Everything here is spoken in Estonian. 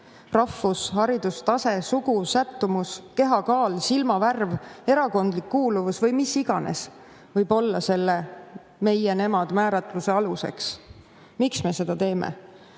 Rahvus, haridustase, sugu, sättumus, kehakaal, silmavärv, erakondlik kuuluvus või mis iganes võib olla selle "meie" – "nemad" määratluse aluseks. Miks me seda teeme?